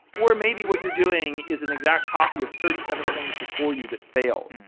or maybe what you're doing is an exact copy of thirty seven things before you that failed.